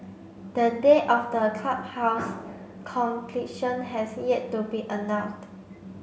the date of the clubhouse's completion has yet to be announced